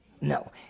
No